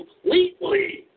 completely